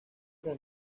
con